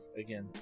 again